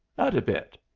not a bit.